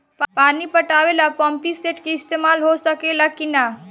पानी पटावे ल पामपी सेट के ईसतमाल हो सकेला कि ना?